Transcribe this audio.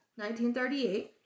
1938